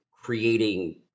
Creating